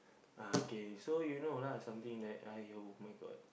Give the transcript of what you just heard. ah K so you know lah something that !aiyo! my god